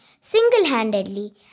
single-handedly